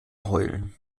heulen